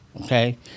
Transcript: Okay